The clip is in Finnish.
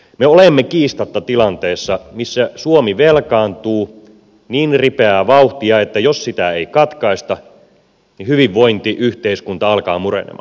me olemme kiistatta tilanteessa missä suomi velkaantuu niin ripeää vauhtia että jos sitä ei katkaista niin hyvinvointiyhteiskunta alkaa murenemaan